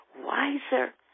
wiser